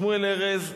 שמואל ארז,